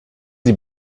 sie